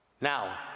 Now